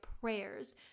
prayers